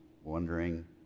Wondering